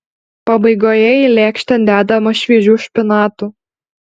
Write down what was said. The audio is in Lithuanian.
pabaigoje į lėkštę dedama šviežių špinatų